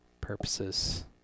purposes